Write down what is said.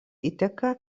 įteka